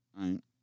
right